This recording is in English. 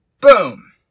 Boom